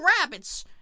rabbits